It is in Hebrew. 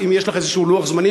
האם יש לך איזשהו לוח זמנים?